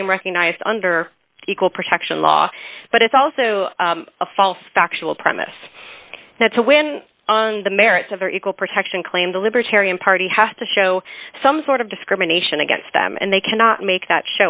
claim recognized under equal protection law but it's also a false factual premise that to win on the merits of her equal protection claim the libertarian party has to show some sort of discrimination against them and they cannot make that